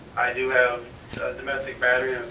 i do have domestic battery